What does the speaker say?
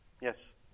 Yes